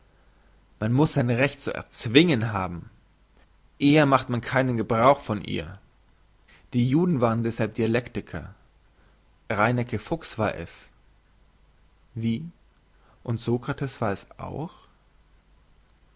man muss sein recht zu erzwingen haben eher macht man keinen gebrauch von ihr die juden waren deshalb dialektiker reinecke fuchs war es wie und sokrates war es auch